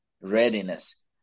readiness